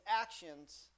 actions